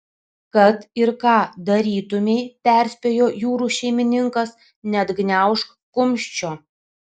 kad ir ką darytumei perspėjo jūrų šeimininkas neatgniaužk kumščio